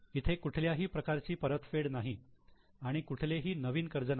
इथे कुठल्याही प्रकारची परतफेड नाही आणि कुठलेही नवीन कर्ज नाही